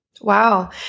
Wow